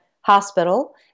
hospital